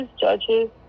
Judges